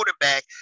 quarterback